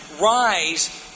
rise